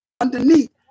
Underneath